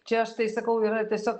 čia aš tai sakau yra tiesiog